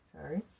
sorry